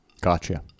Gotcha